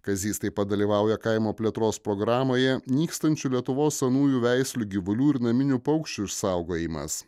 kazys taip pat dalyvauja kaimo plėtros programoje nykstančių lietuvos senųjų veislių gyvulių ir naminių paukščių išsaugojimas